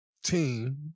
team